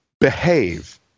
behave